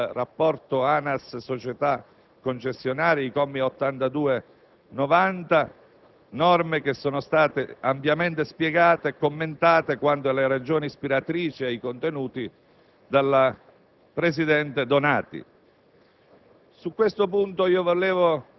- alla riforma del rapporto ANAS - società concessionarie (i commi 82-90), norme ampiamente spiegate e commentate, quanto alle ragioni ispiratrici e ai contenuti, dalla presidente Donati.